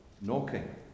knocking